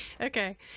okay